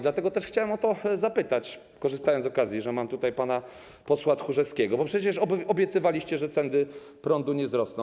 Dlatego też chciałem o to zapytać, korzystając z okazji, że mam tutaj pana posła Tchórzewskiego, bo przecież obiecywaliście, że ceny prądu nie wzrosną.